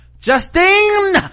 Justine